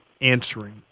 answering